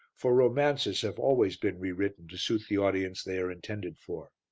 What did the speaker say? for romances have always been re-written to suit the audience they are intended for.